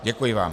Děkuji vám.